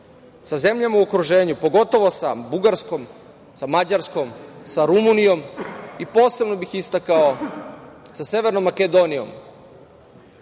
sa zemljama u okruženju, pogotovo sa Bugarskom, sa Mađarskom, sa Rumunijom i posebno bih istakao, sa Severnom Makedonijom,